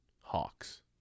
Hawks